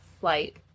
flight